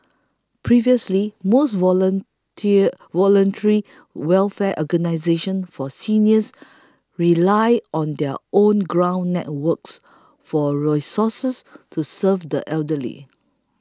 previously most volunteer voluntary welfare organisations for seniors relied on their own ground networks for resources to serve the elderly